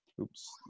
Oops